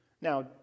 now